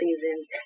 seasons